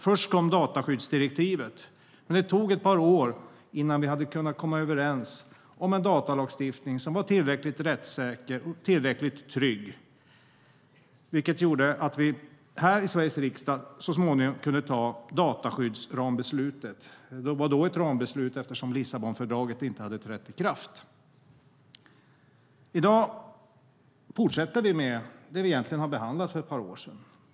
Först kom dataskyddsdirektivet, men det tog ett par år innan vi kunde komma överens om en datalagstiftning som är tillräckligt rättssäker och trygg, vilket gjorde att vi så småningom här i Sveriges riksdag kunde anta dataskyddsrambeslutet. Det var ett rambeslut eftersom Lissabonfördraget då ännu inte hade trätt i kraft. I dag fortsätter vi med det vi egentligen behandlade för ett par år sedan.